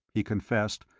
he confessed,